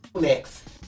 next